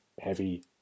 heavy